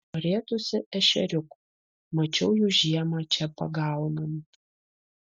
norėtųsi ešeriukų mačiau jų žiemą čia pagaunant